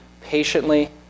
patiently